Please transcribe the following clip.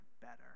better